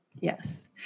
Yes